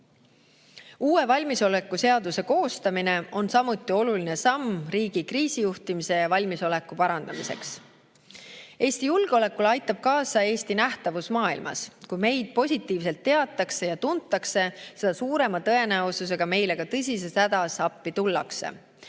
Uue valmisoleku seaduse koostamine on samuti oluline samm riigi kriisijuhtimise ja valmisoleku parandamiseks. Eesti julgeolekule aitab kaasa Eesti nähtavus maailmas. [Mida rohkem] meid positiivselt teatakse ja tuntakse, seda suurema tõenäosusega meile ka tõsises hädas appi tullakse.